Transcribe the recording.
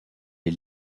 les